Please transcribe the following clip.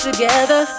Together